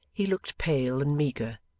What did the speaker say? he looked pale and meagre.